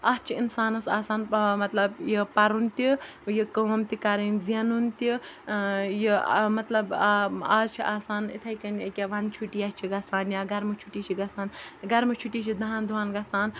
اَتھ چھُ اِنسانَس آسان مطلب یہِ پَرُن تہِ یہِ کٲم تہِ کَرٕنۍ زینُن تہِ یہِ مطلب اَز چھِ آسان اِتھَے کٔنۍ أکیٛاہ وَنٛدٕ چھُٹیہ چھِ گژھان یا گرمہٕ چھُٹی چھِ گژھان گَرمٕچ چھُٹی چھِ دَہَن دۄہَن گژھان